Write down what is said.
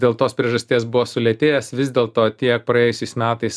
dėl tos priežasties buvo sulėtėjęs vis dėlto tie praėjusiais metais